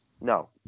No